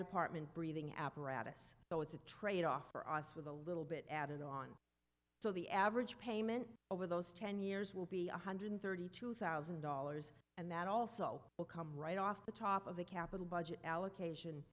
department breathing apparatus so it's a trade off for us with a little bit added on so the average payment over those ten years will be one hundred thirty two thousand dollars and that also will come right off the top of the capital budget allocation